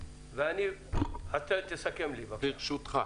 תסכם לי בבקשה.